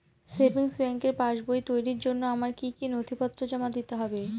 Savings ব্যাংকের পাসবই তৈরির জন্য আমার কি কি নথিপত্র জমা দিতে হবে?